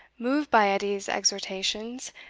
moved by edie's exhortations,